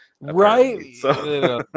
Right